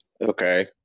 Okay